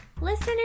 Listener